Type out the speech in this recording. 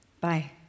Bye